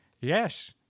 Yes